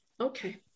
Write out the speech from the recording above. Okay